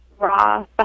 Raw